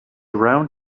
round